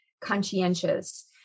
conscientious